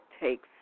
takes